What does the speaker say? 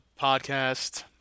podcast